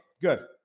good